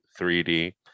3D